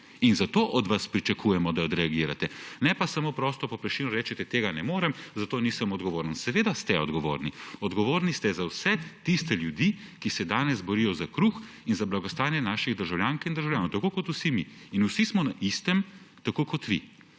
Zato od vas pričakujemo, da odreagirate, ne pa samo prosto po Prešernu rečete, tega ne morem, zato nisem odgovoren. Seveda ste odgovorni; odgovorni ste za vse tiste ljudi, ki se danes borijo za kruh in za blagostanje naših državljank in državljanov, tako kot vsi mi in vsi smo na istem, tako kot vi.